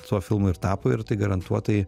tuo filmu ir tapo ir tai garantuotai